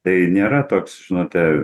tai nėra toks žinote